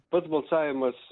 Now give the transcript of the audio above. pats balsavimas